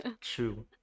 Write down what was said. True